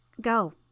Go